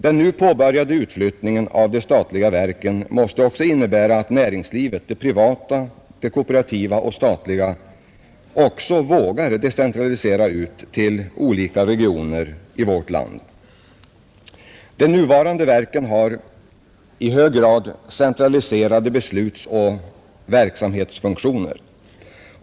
Den nu påbörjade utflyttningen av de statliga verken måste också innebära att näringslivet, det privata, det kooperativa och det statliga, vågar decentralisera ut till olika regioner i vårt land. De nuvarande verken har i hög grad centraliserade beslutsoch verksamhetsfunktioner.